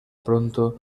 pronto